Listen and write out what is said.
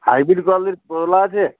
hybrid কোয়ালিটির তুলনা আছে